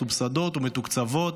מסובסדות ומתוקצבות,